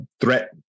threat